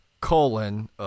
colon